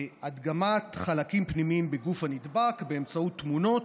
להדגמת חלקים פנימיים בגוף הנבדק באמצעות תמונות,